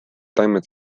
taimed